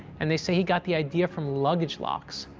and they say he got the idea from luggage locks.